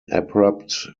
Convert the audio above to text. abrupt